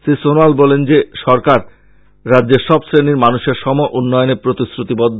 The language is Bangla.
শ্রী সনোয়াল বলেন যে সরকার রাজ্যের সব শ্রেনীর মানুষের সম উন্নয়নে প্রতিশ্রতিবদ্ধ